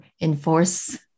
enforce